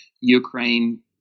Ukraine